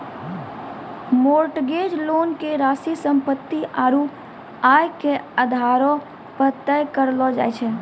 mortgage loan के राशि सम्पत्ति आरू आय के आधारो पे तय करलो जाय छै